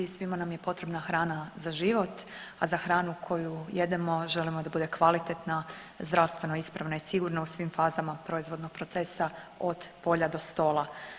Svima nam je potrebna hrana za život, a za hranu koju jedemo želimo da bude kvalitetna, zdravstveno ispravna i sigurna u svim faza proizvodnog procesa od polja do stola.